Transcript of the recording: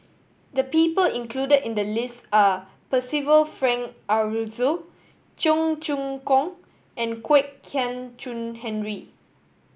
the people included in the list are Percival Frank Aroozoo Cheong Choong Kong and Kwek Hian Chuan Henry